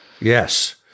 Yes